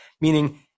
Meaning